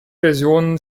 versionen